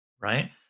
right